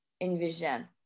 envision